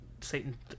Satan